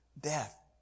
death